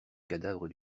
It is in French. cadavre